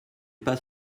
pas